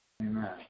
Amen